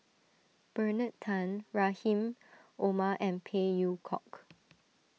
Bernard Tan Rahim Omar and Phey Yew Kok